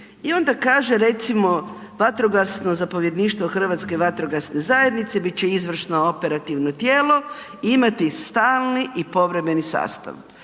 i onda kaže recimo vatrogasno zapovjedništvo Hrvatske vatrogasne zajednice bit će izvršno operativno tijelo, imati stalni i povremeni sastav